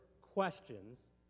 questions